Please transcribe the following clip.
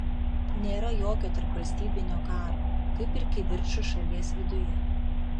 nėra jokio tarpvalstybinio karo kaip ir kivirčų šalies viduje